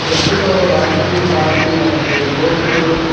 ప్రస్తుతం రాజకీయ పార్టీలంటే ఓట్లు